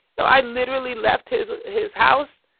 so i literally left his his house,